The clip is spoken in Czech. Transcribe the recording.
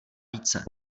více